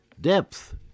Depth